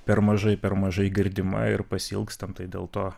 per mažai per mažai girdima ir pasiilgstam tai dėl to